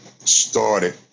started